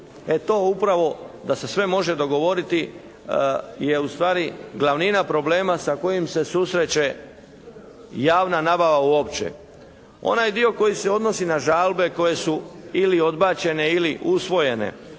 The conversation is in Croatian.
E to upravo da se sve može dogovoriti je ustvari glavnina problema sa kojim se susreće javna nabava uopće. Onaj dio koji se odnosi na žalbe koje su ili odbačene ili usvojene,